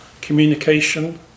communication